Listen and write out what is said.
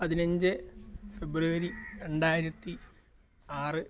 പതിനഞ്ച് ഫെബ്രുവരി രണ്ടായിരത്തി ആറ്